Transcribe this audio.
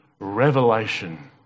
revelation